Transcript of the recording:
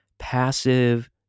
Passive